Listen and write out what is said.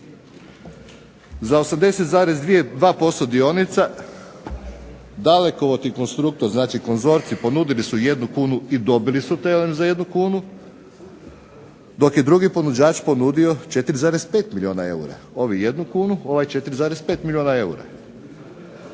za 80,f2% dionica Dalekovod i Konstruktor znači konzorcij ponudili su jednu kunu i dobili su TLM za jednu kunu, dok je drugi ponuđač ponudio 4,5 milijuna eura. Ovi jednu kunu, ovaj 4,5 milijuna eura.